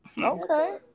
Okay